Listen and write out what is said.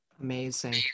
Amazing